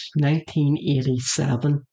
1987